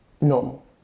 normal